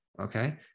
okay